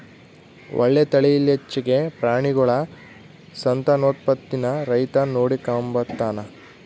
ಒಳ್ಳೆ ತಳೀಲಿಚ್ಚೆಗೆ ಪ್ರಾಣಿಗುಳ ಸಂತಾನೋತ್ಪತ್ತೀನ ರೈತ ನೋಡಿಕಂಬತಾನ